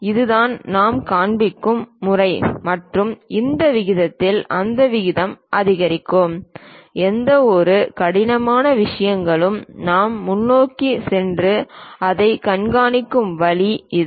இதுதான் நாம் காண்பிக்கும் முறை மற்றும் இந்த விகிதத்தில் அந்த விகிதம் அதிகரிக்கும் எந்தவொரு கடினமான விஷயங்களும் நாம் முன்னோக்கி சென்று அதைக் காண்பிக்கும் வழி இது